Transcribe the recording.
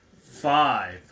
five